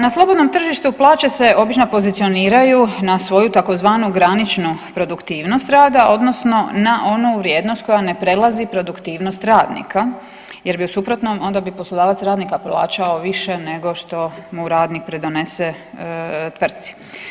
Na slobodnom tržištu plaće se obično pozicioniraju na svoju tzv. graničnu produktivnost rada odnosno na onu vrijednost koja ne prelazi produktivnost radnika jer bi u suprotnom onda bi poslodavac radnika plaćao više nego što mu radnik pridonese tvtrci.